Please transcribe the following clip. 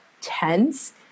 tense